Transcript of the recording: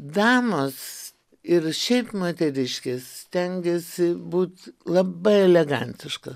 damos ir šiaip moteriškės stengėsi būt labai elegantiškos